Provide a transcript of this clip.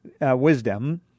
wisdom